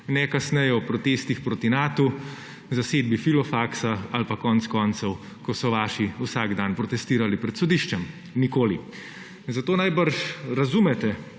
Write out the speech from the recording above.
ne kasneje ob protestih proti Natu, zasedbi filofaksa ali pa konec koncev, ko so vaši vsak dan protestirali pred sodiščem. Nikoli. Zato najbrž razumete,